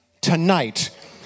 tonight